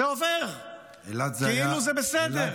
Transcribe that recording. זה עובר כאילו זה בסדר.